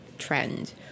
Trend